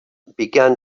began